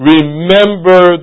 Remember